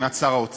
מבחינת שר האוצר,